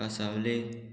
कांसावले